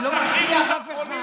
אני לא מכריח אף אחד.